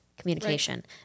communication